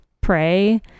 pray